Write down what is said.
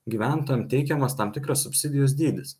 gyventojam teikiamas tam tikras subsidijos dydis